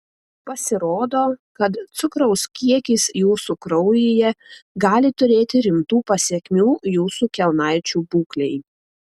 pasirodo kad cukraus kiekis jūsų kraujyje gali turėti rimtų pasekmių jūsų kelnaičių būklei